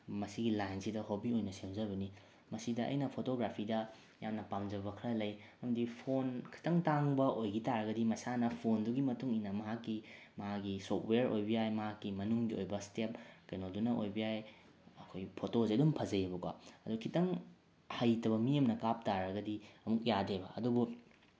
ꯃꯁꯤꯒꯤ ꯂꯥꯏꯟꯁꯤꯗ ꯍꯣꯕꯤ ꯑꯣꯏꯅ ꯁꯦꯝꯖꯕꯅꯤ ꯃꯁꯤꯗ ꯑꯩꯅ ꯐꯣꯇꯣꯒ꯭ꯔꯥꯐꯤꯗ ꯌꯥꯝꯅ ꯄꯥꯝꯖꯕ ꯈꯔ ꯂꯩ ꯑꯃꯗꯤ ꯐꯣꯟ ꯈꯤꯇꯪ ꯇꯥꯡꯕ ꯑꯣꯏꯈꯤ ꯇꯥꯔꯒꯗꯤ ꯃꯁꯥꯅ ꯐꯣꯟꯗꯨꯒꯤ ꯃꯇꯨꯡ ꯏꯟꯅ ꯃꯍꯥꯛꯀꯤ ꯃꯥꯒꯤ ꯁꯣꯞꯋꯦꯌꯔ ꯑꯣꯏꯕ ꯌꯥꯏ ꯃꯍꯥꯛꯀꯤ ꯃꯅꯨꯡꯒꯤ ꯑꯣꯏꯕ ꯏꯁꯇꯦꯞ ꯀꯩꯅꯣꯗꯨꯅ ꯑꯣꯏꯕ ꯌꯥꯏ ꯑꯩꯈꯣꯏ ꯐꯣꯇꯣꯁꯦ ꯑꯗꯨꯝ ꯐꯖꯩꯌꯦꯕꯀꯣ ꯑꯗꯣ ꯈꯤꯇꯪ ꯍꯩꯇꯕ ꯃꯤ ꯑꯃꯅ ꯀꯥꯞ ꯇꯥꯔꯒꯗꯤ ꯑꯃꯨꯛ ꯌꯥꯗꯦꯕ ꯑꯗꯨꯕꯨ